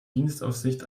dienstaufsicht